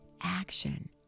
action